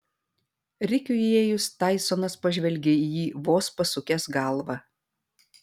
rikiui įėjus taisonas pažvelgė į jį vos pasukęs galvą